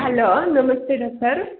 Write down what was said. hello namaste doctor